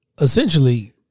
essentially